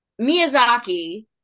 Miyazaki